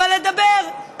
אבל לדבר,